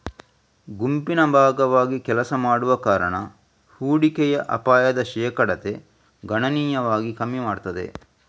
ಗುಂಪಿನ ಭಾಗವಾಗಿ ಕೆಲಸ ಮಾಡುವ ಕಾರಣ ಹೂಡಿಕೆಯ ಅಪಾಯದ ಶೇಕಡತೆ ಗಣನೀಯವಾಗಿ ಕಮ್ಮಿ ಮಾಡ್ತದೆ